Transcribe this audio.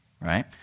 right